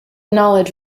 knowledge